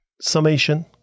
summation